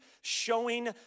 showing